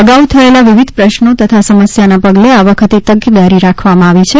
અગાઉ થયેલા વિવિધ પ્રશ્નો તથા સમસ્યાના પગલે આ વખતે તકેદારી રાખવામાં આવી છે